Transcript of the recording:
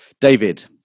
David